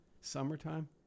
summertime